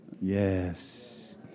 Yes